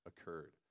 occurred